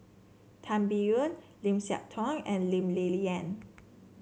Tan Biyun Lim Siah Tong and Lee Ling Yen